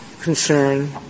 concern